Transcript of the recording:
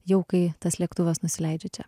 jau kai tas lėktuvas nusileidžia čia